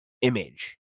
image